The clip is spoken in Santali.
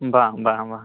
ᱵᱟᱝ ᱵᱟᱝ ᱵᱟᱝ